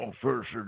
First